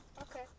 Okay